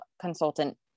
consultant